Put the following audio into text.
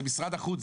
זה משרד החוץ,